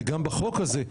וגם בחוק הזה,